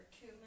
two